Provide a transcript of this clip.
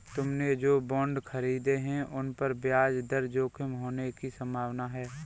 तुमने जो बॉन्ड खरीदे हैं, उन पर ब्याज दर जोखिम होने की संभावना है